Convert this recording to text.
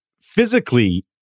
Physically